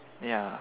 ya